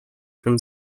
from